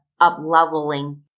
up-leveling